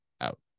out